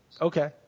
Okay